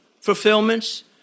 fulfillments